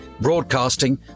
broadcasting